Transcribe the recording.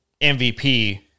MVP